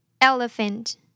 Elephant